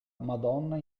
madonna